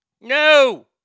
No